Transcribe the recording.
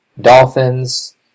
Dolphins